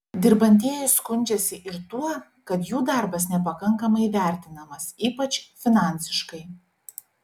dirbantieji skundžiasi ir tuo kad jų darbas nepakankamai vertinamas ypač finansiškai